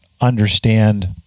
understand